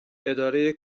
اداره